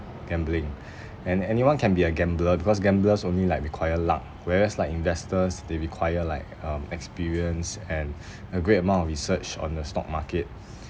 gambling and anyone can be a gambler because gamblers only like require luck whereas like investors they require like um experience and a great amount of research on the stock market